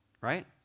Right